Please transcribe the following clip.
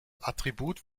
attribut